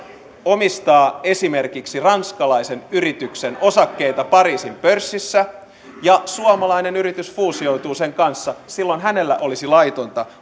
omistaa esimerkiksi ranskalaisen yrityksen osakkeita pariisin pörssissä ja suomalainen yritys fuusioituu sen kanssa silloin hänen olisi laitonta